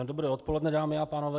Dobré odpoledne, dámy a pánové.